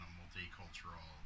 multicultural